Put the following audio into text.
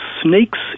snakes